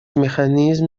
механизм